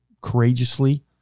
courageously